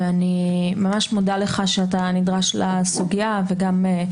ואני ממש מודה לך שאתה נדרש לסוגיה וגם מודה